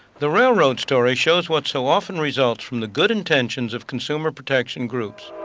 the railroad story shows what so often results from the good intentions of consumer protection groups.